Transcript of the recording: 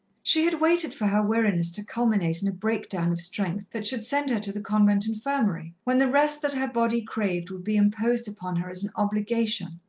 she had waited for her weariness to culminate in a breakdown of strength that should send her to the convent infirmary, when the rest that her body craved would be imposed upon her as an obligation,